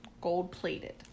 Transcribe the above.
gold-plated